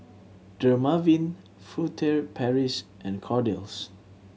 Dermaveen Furtere Paris and Kordel's